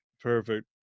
Perfect